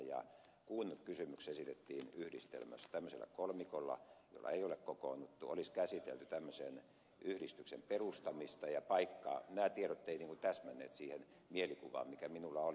ja kun kysymyksessä esitettiin yhdistelmä että tämmöisellä kolmikolla jolla ei ole kokoonnuttu olisi käsitelty tämmöisen yhdistyksen perustamista ja paikkaa nämä tiedot eivät niin kuin täsmänneet siihen mielikuvaan mikä minulla oli